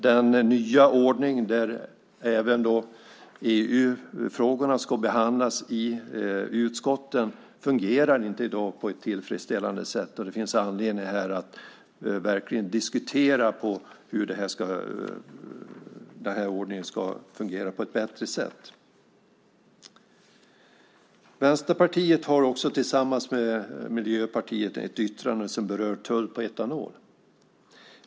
Den nya ordning där även EU-frågorna ska behandlas i utskotten fungerar inte på tillfredsställande sätt i dag. Här finns det anledning att diskutera hur den här ordningen ska kunna fungera på ett bättre sätt. Vänsterpartiet har också tillsammans med Miljöpartiet ett yttrande som berör tull på etanol.